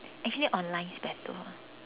actually online is better